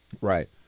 Right